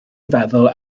feddwl